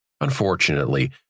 Unfortunately